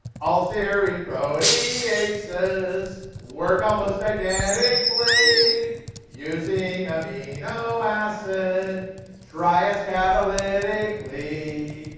all serine proteases work almost identically using amino acid triads catalytically.